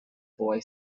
boy